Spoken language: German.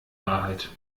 wahrheit